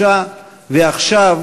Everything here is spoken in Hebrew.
לשוחח,